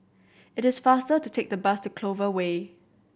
it is faster to take the bus to Clover Way